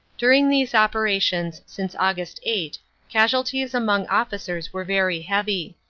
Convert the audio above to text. during these operations since aug. eight casualties among officers were very heavy.